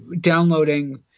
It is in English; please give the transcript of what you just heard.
downloading